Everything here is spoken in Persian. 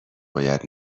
باید